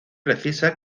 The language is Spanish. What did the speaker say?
precisa